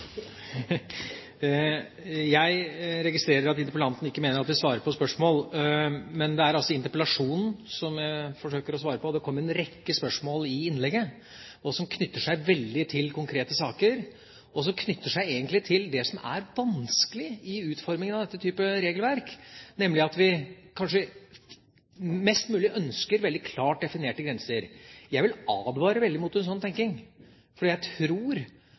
Jeg registrerer at interpellanten ikke mener at jeg svarer på spørsmål, men det er altså interpellasjonen som jeg forsøker å svare på. Det kom en rekke spørsmål i innlegget som knytter seg til veldig konkrete saker, og som egentlig knytter seg til det som er vanskelig i utformingen av denne type regelverk, nemlig at vi kanskje ønsker mest mulig veldig klart definerte grenser. Jeg vil advare veldig mot en slik tenkning, for jeg tror